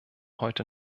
heute